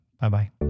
Bye-bye